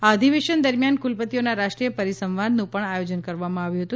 આ અધિવેશન દરમિયાન કુલપતિઓના રાષ્ટ્રીય પરિસંવાદનું પણ આયોજન કરવામાં આવ્યું છે